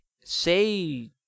Say